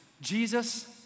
Jesus